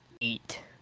eat